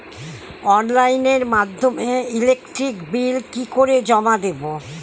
অনলাইনের মাধ্যমে electric bill কি করে জমা দেবো?